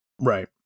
Right